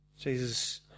Jesus